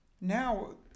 now